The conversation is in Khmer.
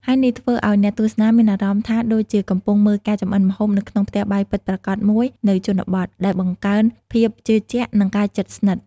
ហើយនេះធ្វើឲ្យអ្នកទស្សនាមានអារម្មណ៍ថាដូចជាកំពុងមើលការចម្អិនម្ហូបនៅក្នុងផ្ទះបាយពិតប្រាកដមួយនៅជនបទ ដែលបង្កើនភាពជឿជាក់ និងការជិតស្និទ្ធ។